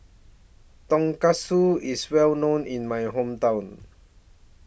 Tonkatsu IS Well known in My Hometown